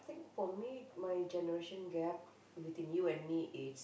for me my generation gap within you and me is